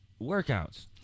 workouts